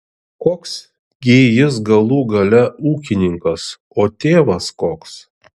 koks gi jis galų gale ūkininkas o tėvas koks